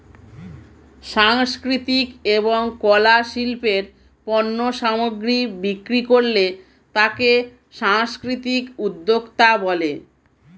সাংস্কৃতিক এবং কলা শিল্পের পণ্য সামগ্রী বিক্রি করলে তাকে সাংস্কৃতিক উদ্যোক্তা বলে